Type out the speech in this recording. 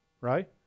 Right